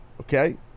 Okay